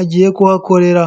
agiye kuhakorera.